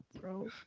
bro